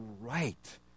right